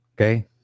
Okay